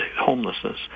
homelessness